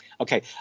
Okay